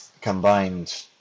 combined